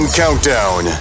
countdown